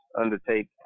undertake